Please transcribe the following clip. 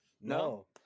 no